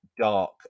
dark